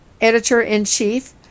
Editor-in-Chief